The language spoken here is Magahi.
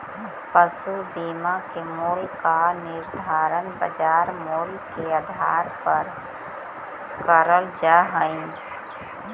पशु बीमा के मूल्य का निर्धारण बाजार मूल्य के आधार पर करल जा हई